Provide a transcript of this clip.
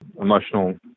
emotional